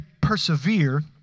persevere